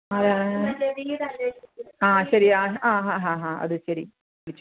ആരാ ആ ശരിയാ ആ ഹാ ഹാ ഹാ അത് ശരി വിളിച്ചു